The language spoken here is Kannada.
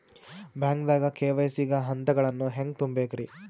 ಬ್ಯಾಂಕ್ದಾಗ ಕೆ.ವೈ.ಸಿ ಗ ಹಂತಗಳನ್ನ ಹೆಂಗ್ ತುಂಬೇಕ್ರಿ?